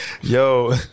Yo